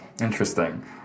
Interesting